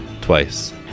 Twice